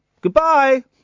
Goodbye